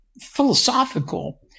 philosophical